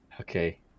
Okay